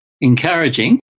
encouraging